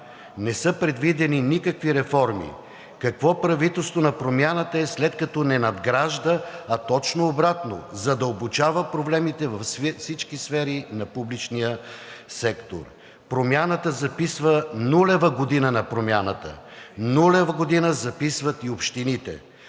Не са предвидени никакви реформи. Какво правителство на Промяната е, след като не надгражда, а точно обратно – задълбочава проблемите във всички сфери в публичния сектор. Промяната записва нулева година на промяната, нулева година записват и общините.